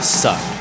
suck